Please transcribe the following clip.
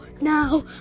Now